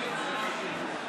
ההסתייגות (71)